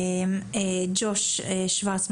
ג'וש שוורץ,